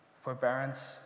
forbearance